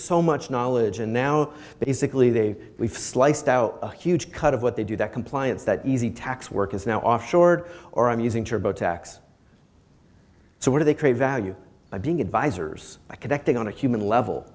so much knowledge and now basically they sliced out a huge cut of what they do that compliance that easy tax work is now off shored or i'm using turbo tax so what are they create value by being advisors by connecting on a human level